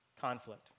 Conflict